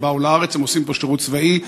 הם באו לארץ ועושים פה שירות צבאי,